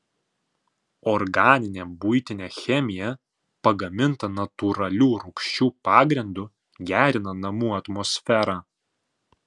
organinė buitinė chemija pagaminta natūralių rūgščių pagrindu gerina namų atmosferą